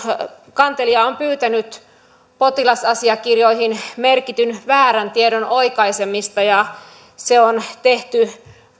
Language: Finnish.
kantelija on pyytänyt potilasasiakirjoihin merkityn väärän tiedon oikaisemista ja se on tehty